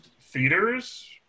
theaters